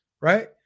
right